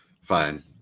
fine